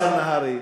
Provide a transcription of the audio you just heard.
השר נהרי,